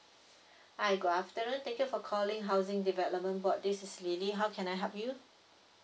hi good afternoon thank you for calling housing development board this is lily how can I help you